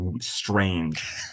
strange